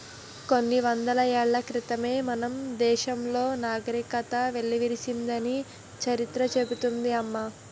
కొన్ని వందల ఏళ్ల క్రితమే మన దేశంలో నాగరికత వెల్లివిరిసిందని చరిత్ర చెబుతోంది అమ్మ